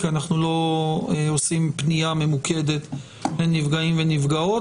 כי אנחנו לא עושים פנייה ממוקדת לנפגעים ונפגעות.